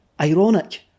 ironic